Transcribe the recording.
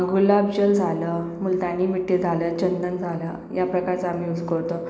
गुलाब जल झालं मुलतानी मिट्टी झालं चंदन झालं या प्रकारचा आम्ही यूज करतो